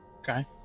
Okay